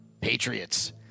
Patriots